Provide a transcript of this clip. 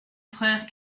frère